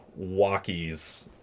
walkies